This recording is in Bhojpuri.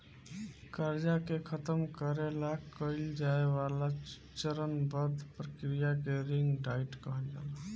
कर्जा के खतम करे ला कइल जाए वाला चरणबद्ध प्रक्रिया के रिंग डाइट कहल जाला